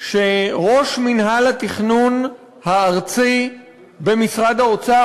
שראש מינהל התכנון הארצי במשרד האוצר,